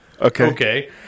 Okay